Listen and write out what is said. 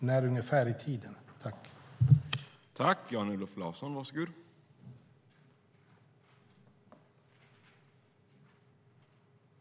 När ungefär i tiden kan detta komma?